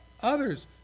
others